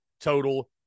total